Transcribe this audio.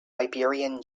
iberian